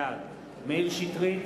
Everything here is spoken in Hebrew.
בעד מאיר שטרית,